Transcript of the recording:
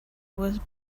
was